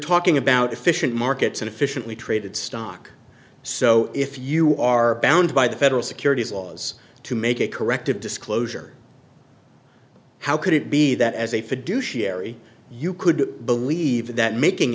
talking about efficient markets and efficiently traded stock so if you are bound by the federal securities laws to make a corrective disclosure how could it be that as a fiduciary you could believe that making